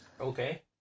okay